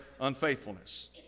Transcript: unfaithfulness